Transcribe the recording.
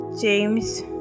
James